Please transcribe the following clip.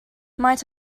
might